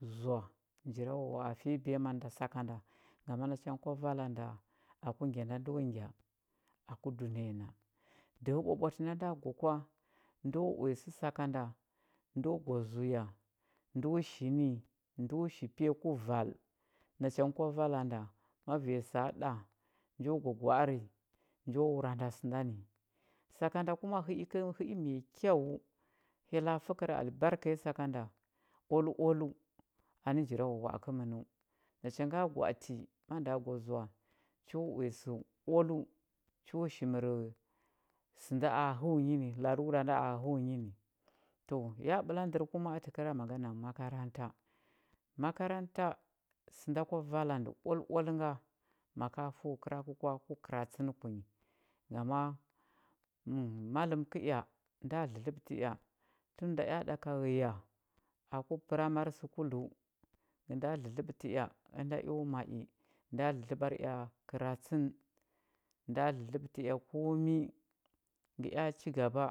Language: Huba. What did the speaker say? Zwa njirawawa a fiya biyaman nda sakanda gama nacha ngə kwa vala nda aku ngya nda ndo ngya aku dunəya na dəhə ɓwaɓwatə nda nda gwa kwa ndo uya sə sakanda ndo gwa zuya ndo shi ni ndo shi piya ku val nacha ngə kwa vala nda ma vanya səa ɗa njo gwa arə njo wurandə sə nda ni sakanda kuma hə i mai kyau hyella fəkər albarka nyi sakanda oaloaləu anə jirawawa a kəmənəu nacha nga gwa ati ma ndəa gwa zwa cho uya sə oaləu ho mərə sə nda a həu nyi ni lalura nda a həu nyi ni to ya ɓəla ndər kuma a təkəra maganar makaranta akaranta sə nda kwa vala ndə oaloalə ga ma ka fəu kəra kə kwa ku kəratsən kunyi gama maləm kəea nda dlədləɓətə ea tun nda ea ɗaka ghəya aku pəramari səkuləu ngə nda dlədləɓətə ea ənda eo ma i nda dlədləɓar ea kəratsən nda dlədləbətə ea komi ngə ea cigaba